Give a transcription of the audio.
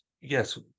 yes